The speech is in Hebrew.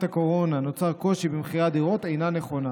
הקורונה נוצר קושי במכירת דירות אינה נכונה.